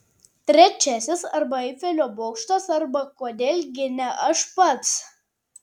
trečiasis arba eifelio bokštas arba kodėl gi ne aš pats